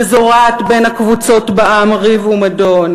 וזורעת בין הקבוצות בעם ריב ומדון,